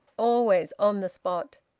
always on the spot.